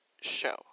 show